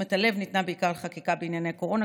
תשומת הלב ניתנה בעיקר לחקיקה בענייני הקורונה,